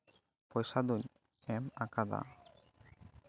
ᱯᱚᱭᱥᱟ ᱫᱚᱧ ᱮᱢ ᱟᱠᱟᱫᱟ